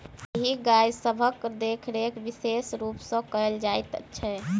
एहि गाय सभक देखरेख विशेष रूप सॅ कयल जाइत छै